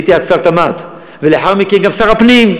הייתי אז שר התמ"ת, ולאחר מכן גם שר הפנים.